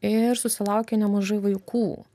ir susilaukė nemažai vaikų